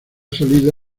salida